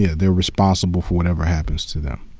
yeah they're responsible for whatever happens to them,